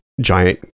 giant